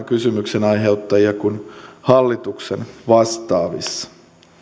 kysymyksen aiheuttajia kuin hallituksen vastaavissa